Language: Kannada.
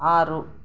ಆರು